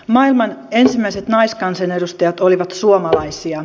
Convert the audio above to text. maailman ensimmäiset naiskansanedustajat olivat suomalaisia